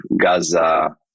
Gaza